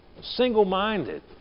single-minded